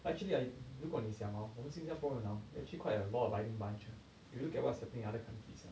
actually ah 如果你想 hor 我们新加坡人 hor actually quite a law abiding bunch ah you look at what's happening other countries ah